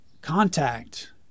contact